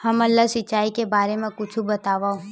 हमन ला सिंचाई के बारे मा कुछु बतावव?